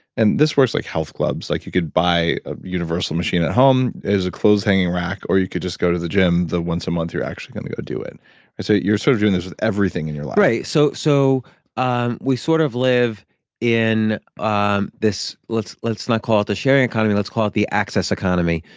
and this like health clubs. like you can buy a universal machine at home, it's a clothes hanging rack, or you could just go to the gym the once a month you're actually gonna go do it so you're sort of doing this with everything in your life right, so so ah and we sort of live in um this. let's let's not call it the sharing economy, let's call it the access economy.